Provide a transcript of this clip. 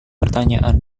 pertanyaan